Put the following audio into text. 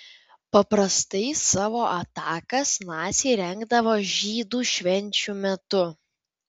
paprastai savo atakas naciai rengdavo žydų švenčių metu